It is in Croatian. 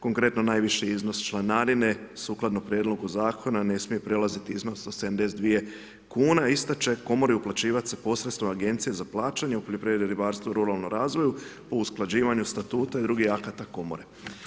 Konkretno najviši iznos članarine, sukladno prijedlogu zakona, ne smije prelaziti iznos od 72 kn, a ista će komori uplaćivati sa posredstvom Agenciji za plaćanje u poljoprivredi, ribarstvu, ruralnom razvoju, po usklađivanju statua i drugih akata komore.